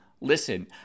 listen